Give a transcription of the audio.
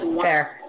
Fair